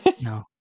No